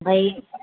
बै